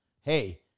hey